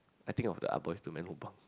I think of the [Ah]-Boys-to-Man lobang